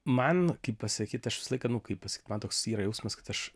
man kaip pasakyt aš visą laiką nu kaip man toks yra jausmas kad aš